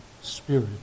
Spirit